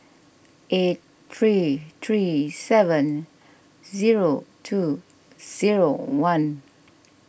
eight three three seven zero two zero one